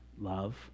love